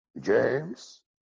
James